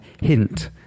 hint